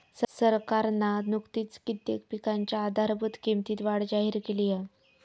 सरकारना नुकतीच कित्येक पिकांच्या आधारभूत किंमतीत वाढ जाहिर केली हा